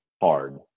hard